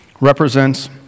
represents